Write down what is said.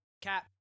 Cap